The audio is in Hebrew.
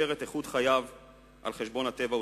את איכות חייו על חשבון איכות הטבע וסביבתו,